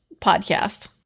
podcast